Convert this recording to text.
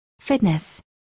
fitness